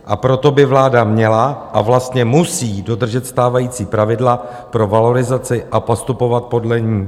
A proto by vláda měla a vlastně musí dodržet stávající pravidla pro valorizaci a postupovat podle ní.